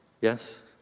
Yes